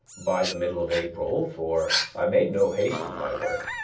by the middle of april, for i made no haste in my work,